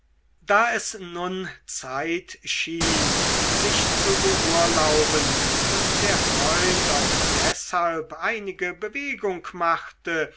da es nun zeit schien sich zu beurlauben und der freund auch deshalb einige bewegung machte